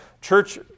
church